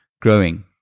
growing